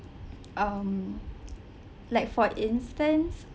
um like for instance